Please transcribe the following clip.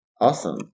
Awesome